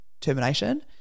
termination